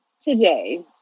today